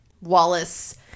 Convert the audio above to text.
Wallace